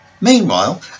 Meanwhile